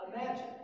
Imagine